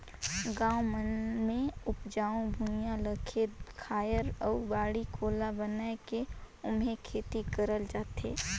गाँव मन मे उपजऊ भुइयां ल खेत खायर अउ बाड़ी कोला बनाये के ओम्हे खेती करल जाथे